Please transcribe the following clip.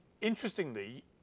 interestingly